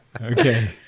okay